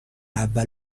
اول